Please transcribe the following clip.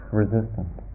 resistance